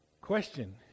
question